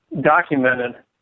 documented